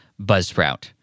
buzzsprout